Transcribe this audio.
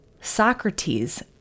Socrates